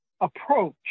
approach